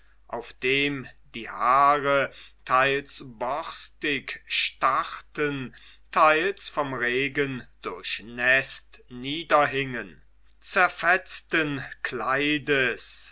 auf dem die haare teils borstig starrten teils vom regen durchnäßt niederhingen zerfetzten kleides